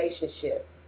relationship